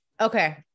Okay